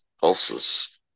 pulses